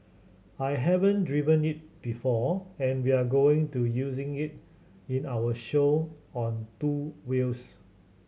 I haven't driven it before and we're going to using it in our show on two wheels